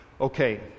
Okay